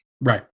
right